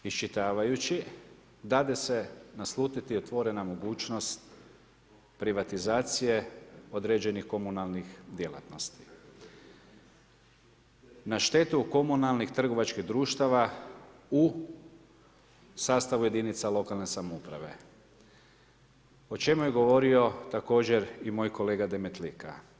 Iščitavajući dade se naslutiti otvorena mogućnost privatizacije određenih komunalnih djelatnosti na štetu komunalnih trgovačkih društava u sastavu jedinica lokalne samouprave, o čemu je govorio također i moj kolega Demetlika.